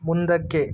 ಮುಂದಕ್ಕೆ